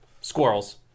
Squirrels